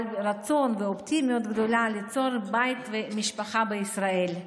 אבל עם רצון ואופטימיות גדולה ליצור בית ומשפחה בישראל.